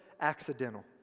accidental